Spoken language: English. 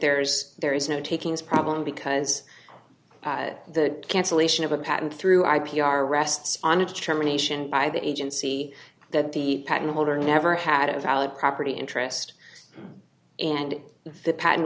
there's there is no takings problem because the cancellation of a patent through i p r rests on a determination by the agency that the patent holder never had a valid property interest and the patent